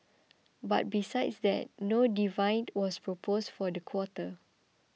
but besides that no dividend was proposed for the quarter